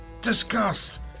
disgust